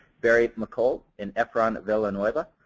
barry maccoll, and efrain villanueva.